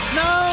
no